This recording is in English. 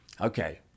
okay